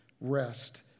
rest